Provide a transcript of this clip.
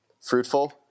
Fruitful